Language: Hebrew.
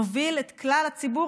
נוביל את כלל הציבור,